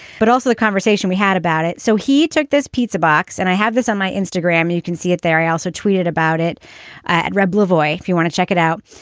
but also the conversation we had about it. so he took this pizza box and i had this on my instagram. you can see it there. he also tweeted about it at reb levoy, if you want to check it out.